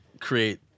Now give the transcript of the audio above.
create